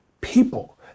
people